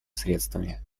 средствами